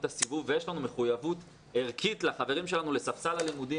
את הסיבוב ויש לנו מחויבות ערכית לחברים שלנו לספסל הלימודים